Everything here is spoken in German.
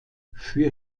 für